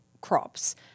crops